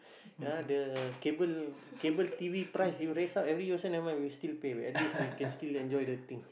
ya the cable cable t_v price you raise up every year also never mind we still pay we at least we can still enjoy the thing